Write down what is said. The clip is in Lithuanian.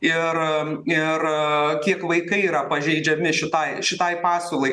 ir ir kiek vaikai yra pažeidžiami šitai šitai pasiūlai